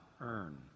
earn